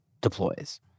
deploys